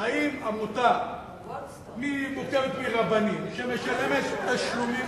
האם עמותה שמורכבת מרבנים שמשלמת תשלומים,